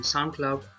SoundCloud